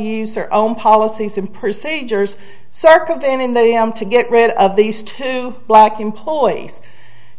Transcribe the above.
use their own policies and procedures circuit then in the am to get rid of these two black employees